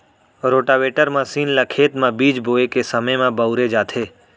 rotavator machine ल खेत म बीज बोए के समे म बउरे जाथे